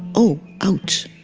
oh. ouch